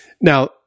now